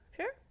Sure